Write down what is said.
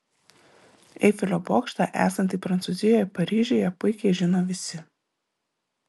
eifelio bokštą esantį prancūzijoje paryžiuje puikiai žino visi